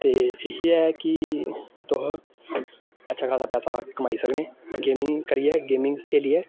ते इयै ऐ कि तुस अच्छा खासा पैसा कमाई सकने गेमिंग करियै गेमिंग खेलियै